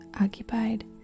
occupied